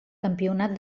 campionat